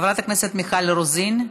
חברת הכנסת מיכל רוזין,